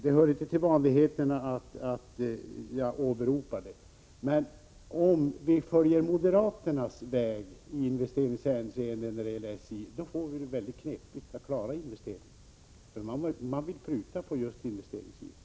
Det hör inte till vanligheterna att jag åberopar moderaternas politik, men jag vill säga till Ove Eriksson att om vi skulle följa moderaternas väg i investeringshänseende skulle det när det gäller SJ bli väldigt knepigt att klara investeringarna. Moderaterna vill ju pruta just på investeringssidan.